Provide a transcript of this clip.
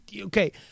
Okay